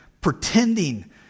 pretending